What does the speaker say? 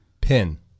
pin